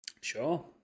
Sure